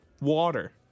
Water